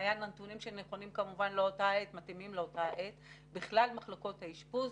נתונים שנכונים לאותה עת בכלל מחלקות האשפוז